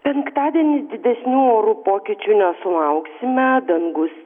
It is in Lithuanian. penktadienį didesnių orų pokyčių nesulauksime dangus